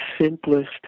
simplest